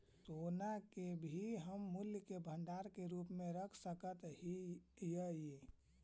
सोना के भी हम मूल्य के भंडार के रूप में रख सकत हियई